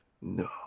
No